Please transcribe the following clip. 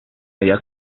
había